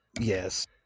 Yes